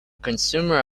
consumer